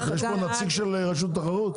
יש פה נציג של רשות התחרות?